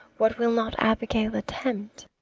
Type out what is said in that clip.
what will not abigail attempt?